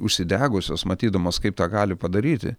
užsidegusios matydamos kaip tą gali padaryti